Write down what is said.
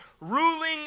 ruling